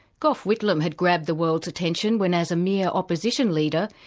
gough whitlam had grabbed the world's attention when as a mere opposition leader,